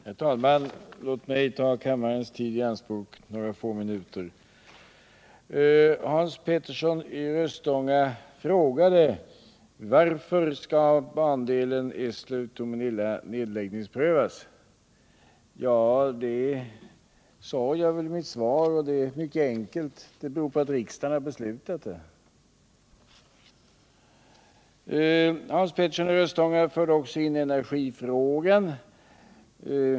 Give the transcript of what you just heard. Herr talman! Låt mig ta kammarens tid i anspråk några få minuter. Hans Petersson i Röstånga frågade: Varför skall bandelen Elsöv-Tomelilla nedläggningsprövas? Det är mycket enkelt, och det sade jag i mitt svar — det beror på att riksdagen beslutat det. Hans Petersson i Röstånga förde också in energifrågan.